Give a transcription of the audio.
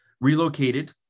relocated